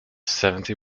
seventy